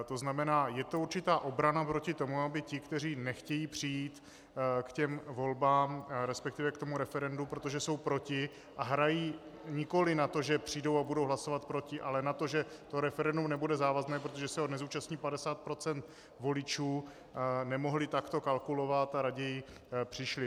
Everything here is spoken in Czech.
To znamená, je to určitá obrana proti tomu, aby ti, kteří nechtějí přijít k volbám, resp. k referendu, protože jsou proti a hrají nikoliv na to, že přijdou a budou hlasovat proti, ale na to, že referendum nebude závazné, protože se ho nezúčastní 50 % voličů, nemohli takto kalkulovat a raději přišli.